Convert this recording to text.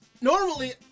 Normally